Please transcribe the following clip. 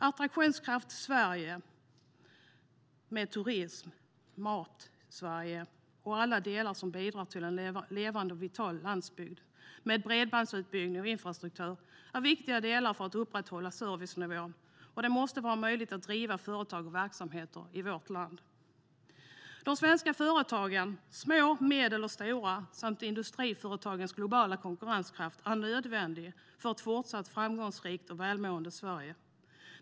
Attraktionskraften i Sverige är turism, mat och alla delar som bidrar till en levande och vital landsbygd, men bredbandsutbyggnad och infrastruktur är viktiga delar för att upprätthålla servicenivån. Det måste vara möjligt att driva företag och verksamheter i vårt land. De svenska företagen - små, medelstora och stora företag - samt industriföretagens globala konkurrenskraft är nödvändiga för ett fortsatt framgångsrikt och välmående Sverige.